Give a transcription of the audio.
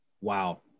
Wow